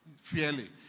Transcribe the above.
fairly